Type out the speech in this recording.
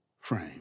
frame